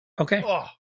Okay